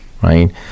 Right